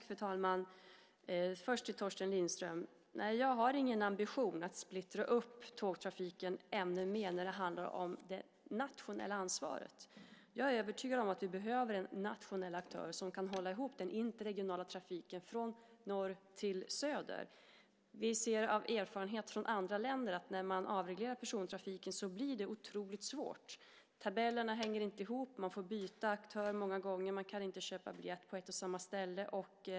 Fru talman! Till Torsten Lindström vill jag säga: Nej, jag har ingen ambition att splittra upp tågtrafiken ännu mer när det handlar om det nationella ansvaret. Jag är övertygad om att vi behöver en nationell aktör som kan hålla ihop den interregionala trafiken från norr till söder. Vi ser av erfarenhet från andra länder att när man avreglerar persontrafiken blir det otroligt svårt. Tabellerna hänger inte ihop, man får byta aktör många gånger, och man kan inte köpa biljett på ett och samma ställe.